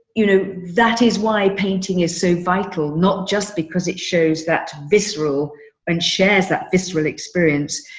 you know, that is why painting is so vital, not just because it shows that visceral and shares that visceral experience,